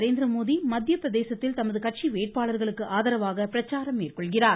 நரேந்திரமோடி மத்திய பிரதேசத்தில் தமது கட்சி வேட்பாளர்களுக்கு ஆதரவாக இன்று பிரச்சாரம் மேற்கொள்கிறார்